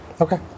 Okay